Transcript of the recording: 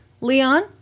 Leon